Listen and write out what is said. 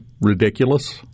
ridiculous